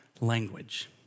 language